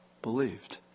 Believed